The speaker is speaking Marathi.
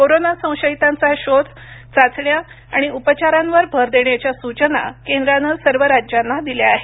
कोरोना संशयितांचा शोध चाचण्या आणि उपचारांवर भर देण्याच्या सूचना केंद्रानं सर्व राज्याना दिल्या आहेत